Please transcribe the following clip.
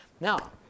Now